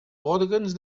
òrgans